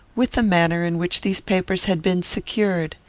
with the manner in which these papers had been secured.